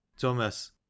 Thomas